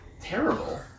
terrible